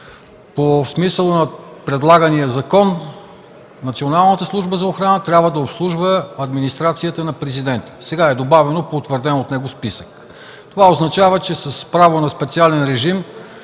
По смисъла на предлагания закон Националната служба за охрана трябва да обслужва Администрацията на президента, а сега е добавено „по утвърден от него списък”. Това означава, че с право на специален режим